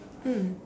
mm